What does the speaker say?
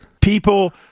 People